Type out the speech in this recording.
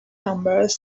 numbers